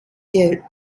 der